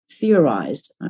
theorized